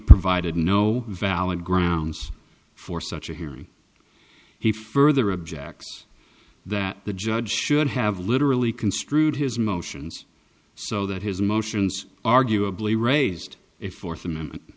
provided no valid grounds for such a hearing he further objects that the judge should have literally construed his motions so that his motions arguably raised a fourth